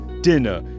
dinner